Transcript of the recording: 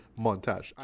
montage